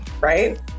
right